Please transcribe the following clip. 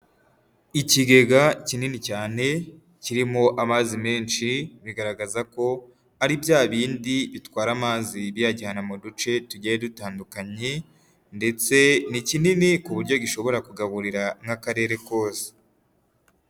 Ikigega kinini cyane, kirimo amazi menshi bigaragaza ko ari bya bindi bitwara amazi biyajyana mu duce tugiye dutandukanye, ndetse ni kinini ku buryo gishobora kugaburira nk'akarere kose.